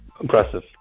Impressive